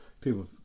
people